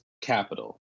capital